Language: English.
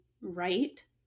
right